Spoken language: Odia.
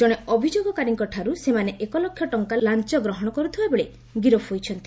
ଜଣେ ଅଭିଯୋଗକାରୀଙ୍କଠାର୍ଚ ସେମାନେ ଏକଲକ୍ଷ ଟଙ୍କା ଲାଞ୍ଚ ଗ୍ରହଣ କର୍ତ୍ତିବା ବେଳେ ଗିରଫ୍ ହୋଇଛନ୍ତି